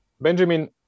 Benjamin